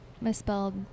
misspelled